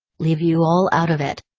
leave you all out of it.